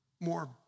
more